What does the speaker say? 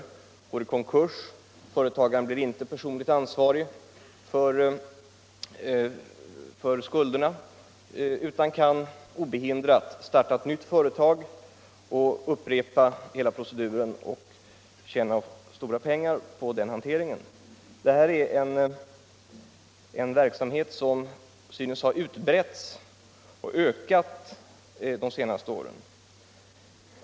Det går i konkurs, men företagaren blir inte personligt ansvarig för skulderna. Han kan obehindrat starta ett nytt företag och upprepa hela proceduren och tjäna stora pengar på den hanteringen. Det här är en verksamhet som synes ha utbretts och ökat de senaste åren.